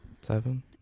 Seven